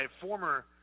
former